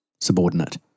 subordinate